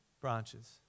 branches